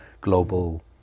global